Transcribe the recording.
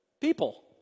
people